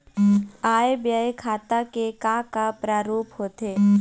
आय व्यय खाता के का का प्रारूप होथे?